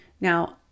Now